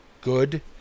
good